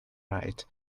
right